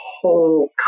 whole